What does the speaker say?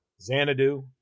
Xanadu